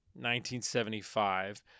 1975